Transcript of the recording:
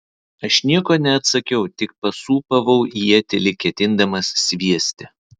aš nieko neatsakiau tik pasūpavau ietį lyg ketindamas sviesti